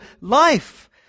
life